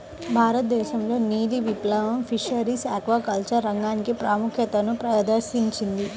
భారతదేశంలోని నీలి విప్లవం ఫిషరీస్ ఆక్వాకల్చర్ రంగానికి ప్రాముఖ్యతను ప్రదర్శించింది